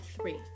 three